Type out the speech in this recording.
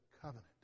covenant